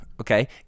Okay